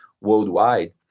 worldwide